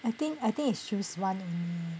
I think I think is choose one